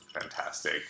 fantastic